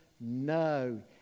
No